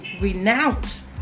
renounce